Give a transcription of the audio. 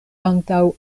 antaŭ